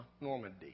Normandy